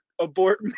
abort